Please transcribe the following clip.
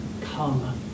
come